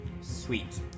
Sweet